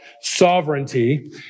sovereignty